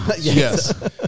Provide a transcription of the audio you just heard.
Yes